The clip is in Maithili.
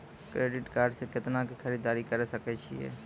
क्रेडिट कार्ड से कितना के खरीददारी करे सकय छियै?